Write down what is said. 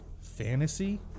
fantasy